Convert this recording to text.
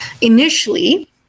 initially